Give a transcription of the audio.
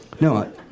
No